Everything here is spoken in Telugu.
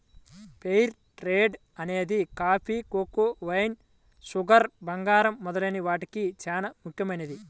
ఫెయిర్ ట్రేడ్ అనేది కాఫీ, కోకో, వైన్, షుగర్, బంగారం మొదలైన వాటికి చానా ముఖ్యమైనది